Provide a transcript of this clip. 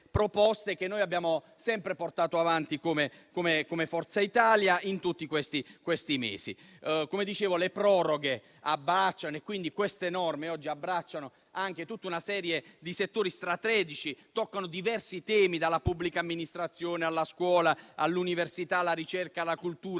che abbiamo sempre portato avanti come Forza Italia in tutti questi mesi. Queste norme oggi abbracciano anche tutta una serie di settori strategici e toccano diversi temi: dalla pubblica amministrazione alla scuola, all'università, alla ricerca, alla cultura,